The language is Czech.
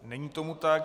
Není tomu tak,